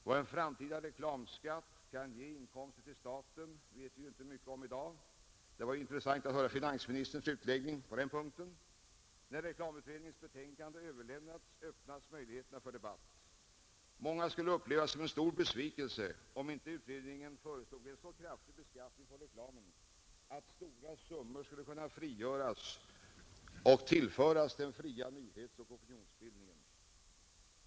Vad en framtida reklamskatt kan ge i inkomster till staten vet vi inte mycket om i dag. Det var intressant att höra finansministerns utläggning för en stund sedan på den punkten. När reklamutredningens betänkande överlämnats öppnas möjligheter för debatt. Många skulle uppleva det som en stor besvikelse om inte utredningen föreslog en så kraftig beskattning på reklamen att stora summor skulle kunna lösgöras och tillföras den fria nyhetsoch opinionsbildningen.